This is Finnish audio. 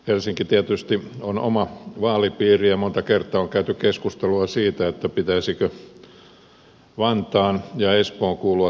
helsinki tietysti on oma vaalipiirinsä ja monta kertaa on käyty keskustelua siitä pitäisikö vantaan ja espoon kuulua samaan vaalipiiriin